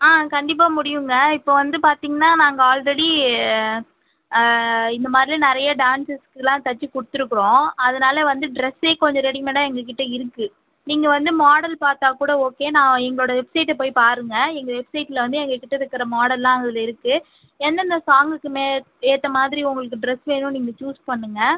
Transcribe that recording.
ஆ கண்டிப்பாக முடியுங்க இப்போ வந்து பார்த்தீங்கன்னா நாங்கள் ஆல்ரெடி இந்தமாரில நிறைய டான்ஸர்ஸ்க்குலாம் தச்சு கொடுத்துருக்குறோம் அதனால வந்து ட்ரெஸ்ஸே கொஞ்சம் ரெடிமேடாக எங்ககிட்ட இருக்கு நீங்கள் வந்து மாடல் பார்த்தா கூட ஓகே நான் எங்களோட வெப்சைட்டை போய் பாருங்கள் எங்கள் வெப்சைட்டில வந்து எங்ககிட்ட இருக்கிற மாடல்லாம் அதில் இருக்கு எந்தெந்த சாங்குக்கு மே ஏற்ற மாதிரி உங்களுக்கு ட்ரெஸ் வேணுன்னு நீங்கள் ச்சூஸ் பண்ணுங்க